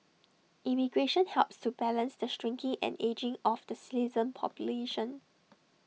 immigration helps to balance the shrinking and ageing of the citizen population